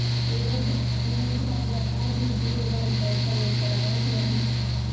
पूरा मोल भाव बता दीजिएगा हम पैसा लेकर आएँगे वहीं